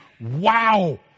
wow